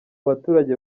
baturage